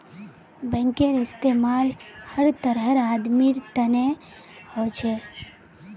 बैंकेर इस्तमाल हर तरहर आदमीर तने हो छेक